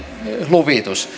luvitus